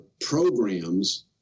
programs